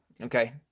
Okay